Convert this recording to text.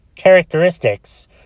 characteristics